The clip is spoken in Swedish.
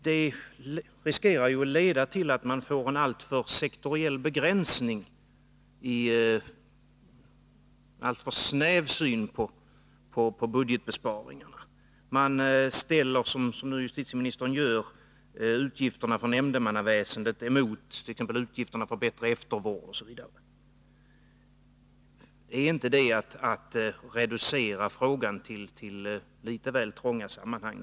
Men risken är att det leder till en alltför sektoriell begränsning, en alltför snäv syn på budgetbesparingarna. Man ställer, som nu justitieministern gör, exempelvis utgifterna för nämndemannaväsendet mot utgifterna för bättre eftervård osv. Är inte det att reducera det hela till litet väl trånga sammanhang?